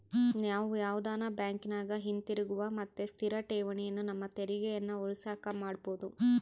ನಾವು ಯಾವುದನ ಬ್ಯಾಂಕಿನಗ ಹಿತಿರುಗುವ ಮತ್ತೆ ಸ್ಥಿರ ಠೇವಣಿಯನ್ನ ನಮ್ಮ ತೆರಿಗೆಯನ್ನ ಉಳಿಸಕ ಮಾಡಬೊದು